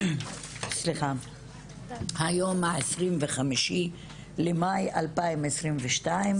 היום העשרים וחמישי במאי 2022,